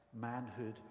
manhood